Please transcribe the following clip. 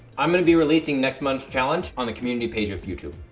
i'm gonna be releasing next month's challenge on the community page of youtube.